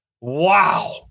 wow